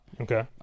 okay